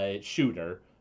shooter